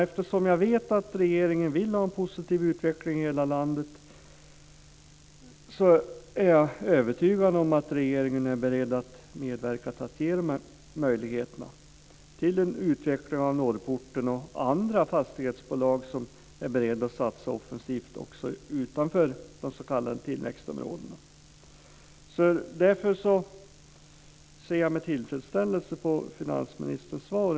Eftersom jag vet att regeringen vill ha en positiv utveckling i hela landet, är jag övertygad om att regeringen är beredd att medverka till att ge möjligheter till en utveckling av Norrporten och andra fastighetsbolag som är beredda att satsa offensivt också utanför de s.k. tillväxtområdena. Därför ser jag med tillfredsställelse på finansministerns svar.